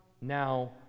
now